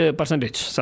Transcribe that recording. percentage